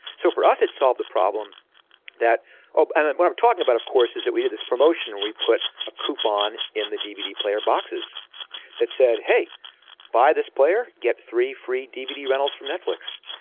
so for us it solved the problem that oh what i'm talking about of course is that we did this promotion we put a coupon in the dvd player boxes that said hey buy this player get three free dvd rentals from netflix.